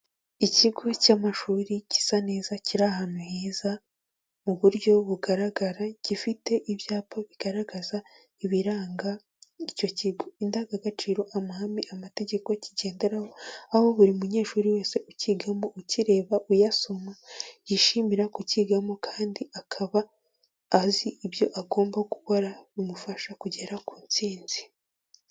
Ikigo cy'amashuri gisa neza, kiri ahantu heza mu buryo bugaragara, gifite ibyapa bigaragaza ibiranga icyo kigo, indangagaciro, amahame, amategeko kigenderaho, aho buri munyeshuri wese ucyigamo, ukireba, uyasoma, yishimira kucyigamo kandi akaba azi ibyo agomba gukora bimufasha kugera ku intsinzi.